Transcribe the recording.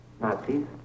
Nazis